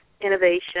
innovation